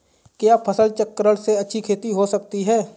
क्या फसल चक्रण से अच्छी खेती हो सकती है?